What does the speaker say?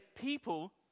people